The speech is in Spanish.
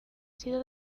sido